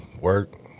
work